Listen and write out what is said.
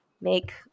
make